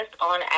on